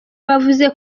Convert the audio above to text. bavuze